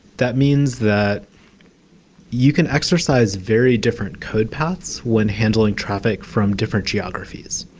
that means that you can exercise very different code paths when handling traffic from different geographies.